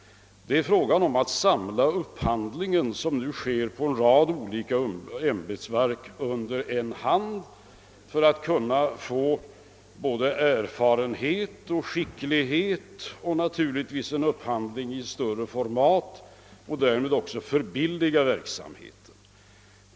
Det gäller att samla upphandlingen, som nu sker via en rad olika ämbetsverk, på en hand för att kunna tillgodogöra sig både den erfarenhet och den skicklighet som ett centralt för ändamålet specialiserat organ besitter. Man vill också åstadkomma en upphandling i större format och därmed förbilliga verksamheten.